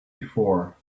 before